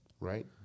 right